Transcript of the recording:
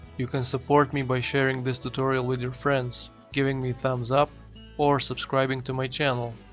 you can support me by sharing this tutorial with your friends, giving me thumbs up or subscribing to my channel.